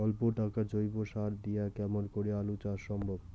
অল্প টাকার জৈব সার দিয়া কেমন করি আলু চাষ সম্ভব?